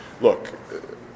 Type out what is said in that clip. look